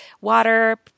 water